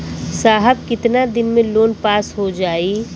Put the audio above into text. साहब कितना दिन में लोन पास हो जाई?